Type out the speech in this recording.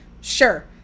sure